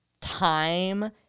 time